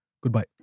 Goodbye